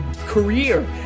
career